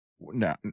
now